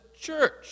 church